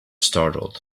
startled